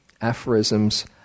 aphorisms